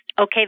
okay